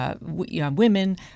women